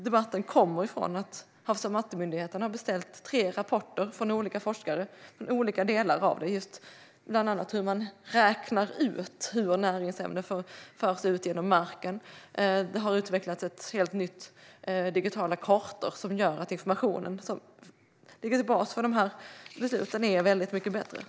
Debatten kommer av att Havs och vattenmyndigheten har beställt tre rapporter från olika forskare om olika delar av detta, bland annat om hur man räknar ut hur näringsämnen förs ut genom marken. Det har utvecklats helt nya digitala kartor som gör att den information som ligger till grund för dessa beslut är väldigt mycket bättre.